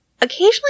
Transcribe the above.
Occasionally